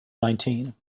nineteen